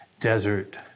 desert